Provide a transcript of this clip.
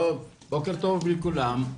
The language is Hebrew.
בוקר טוב לכולם,